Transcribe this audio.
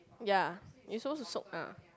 ya you supposed to soak ah